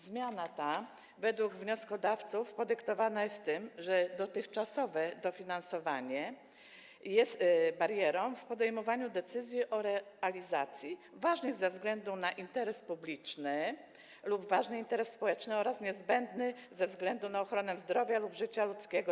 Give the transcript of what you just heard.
Zmiana ta według wnioskodawców podyktowana jest tym, że dotychczasowe dofinansowanie jest barierą podejmowania decyzji o realizacji działań ważnych ze względu na interes publiczny lub interes społeczny oraz niezbędnych ze względu na ochronę zdrowia lub życia ludzkiego.